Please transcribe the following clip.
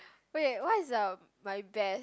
wait what's um my best